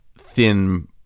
thin